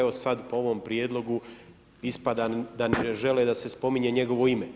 Evo sad po ovom prijedlogu ispada da ne žele ni da se spominje njegovo ime.